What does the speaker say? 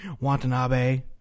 Watanabe